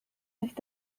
nicht